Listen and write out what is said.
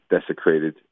desecrated